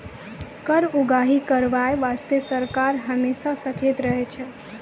कर उगाही करबाय बासतें सरकार हमेसा सचेत रहै छै